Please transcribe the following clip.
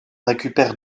récupère